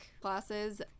classes